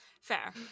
Fair